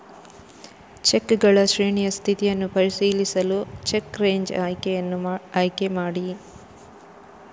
ಚೆಕ್ಗಳ ಶ್ರೇಣಿಯ ಸ್ಥಿತಿಯನ್ನು ಪರಿಶೀಲಿಸಲು ಚೆಕ್ ರೇಂಜ್ ಆಯ್ಕೆಯನ್ನು ಆಯ್ಕೆ ಮಾಡಿ